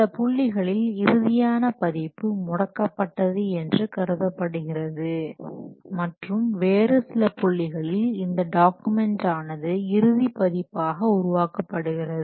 சில புள்ளிகளில் இறுதியான பதிப்பு முடக்கப்பட்டது என்று கருதப்படுகிறது மற்றும் வேறு சில புள்ளிகளில் இந்த டாக்குமெண்ட் ஆனது இறுதிப் பதிப்பாக உருவாக்கப்படுகிறது